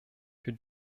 wir